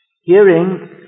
Hearing